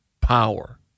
power